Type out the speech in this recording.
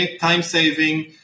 time-saving